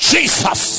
Jesus